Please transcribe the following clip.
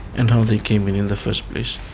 and how they came in in the first place,